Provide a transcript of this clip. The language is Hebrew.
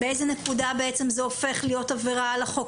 באיזו נקודה בעצם זה הופך להיות עבירה על החוק.